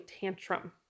tantrum